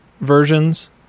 versions